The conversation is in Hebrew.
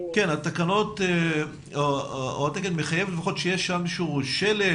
התקן מחייב לפחות שיהיה שם איזשהו שלט,